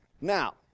Now